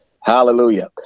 Hallelujah